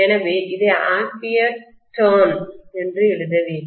எனவே இதை ampere turn என்று எழுத வேண்டும்